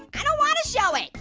i don't wanna show it,